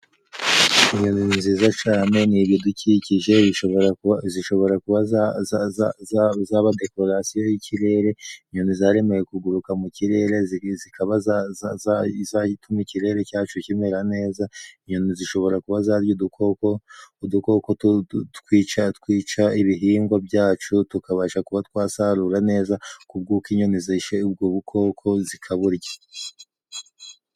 Inyoni ni nziza cane， ni ibidukikije zishobora kuba zaba dekorasiyo y'ikirere， inyoni zaremewe kuguruka mu kirere， zikaba zatuma ikirere cyacu kimera neza， inyoni zishobora kuba zarya udukoko， udukoko twica twica ibihingwa byacu， tukabasha kuba twasarura neza ku bw'uko inyoni zishe ubwo bukoko zikaburya.